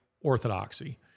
Orthodoxy